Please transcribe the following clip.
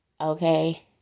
Okay